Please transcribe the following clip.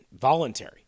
voluntary